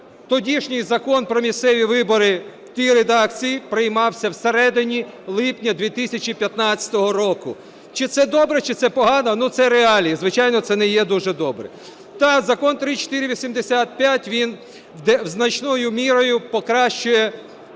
тодішній Закон про місцеві вибори в тій редакції приймався в середині липня 2015 року. Чи це добре, чи це погано? Ну, це реалії. Звичайно, це не є дуже добре. Так, Закон 3485 – він значною мірою покращує